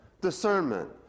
discernment